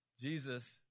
Jesus